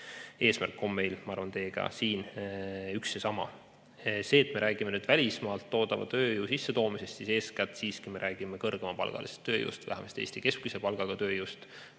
eesmärk on meil, ma arvan, teiega siin üks ja sama. See, et me räägime välismaalt toodava tööjõu sissetoomisest, siis eeskätt siiski me räägime kõrgemapalgalisest tööjõust või vähemasti Eesti keskmise palgaga tööjõust.